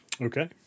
Okay